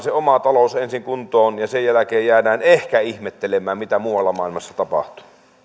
se oma talous ensin kuntoon ja sen jälkeen jäädä ehkä ihmettelemään mitä muualla maailmassa